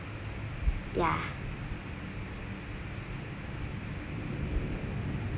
ya